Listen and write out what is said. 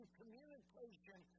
communication